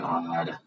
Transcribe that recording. God